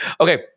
Okay